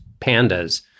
pandas